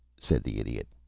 said the idiot.